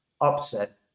upset